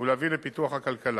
ולהביא לפיתוח הכלכלה.